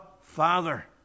Father